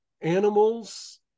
animals